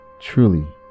truly